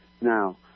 Now